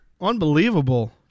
Unbelievable